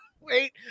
Wait